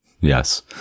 yes